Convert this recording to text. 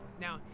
Now